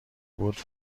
بود